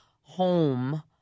home